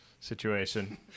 situation